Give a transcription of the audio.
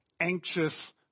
anxious